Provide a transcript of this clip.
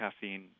caffeine